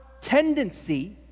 tendency